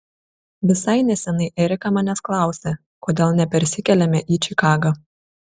visai neseniai erika manęs klausė kodėl nepersikeliame į čikagą